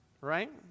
Right